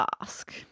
ask